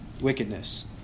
wickedness